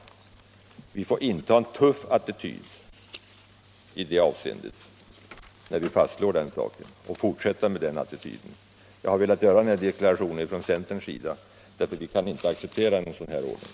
Vi får inta en tuff attityd i detta avseende, när vi fastslår den principen. Jag har velat göra denna deklaration från centern, eftersom vi inte kan acceptera den ordning som föreslås i reservation 3; Herr talman! Jag yrkar bifall till reservationerna 6, 9, 10, och 11.